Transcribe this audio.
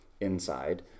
inside